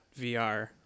vr